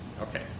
Okay